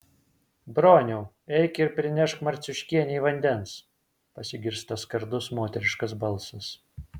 broniau eik ir prinešk marciuškienei vandens pasigirsta skardus moteriškas balsas